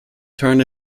turned